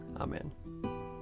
Amen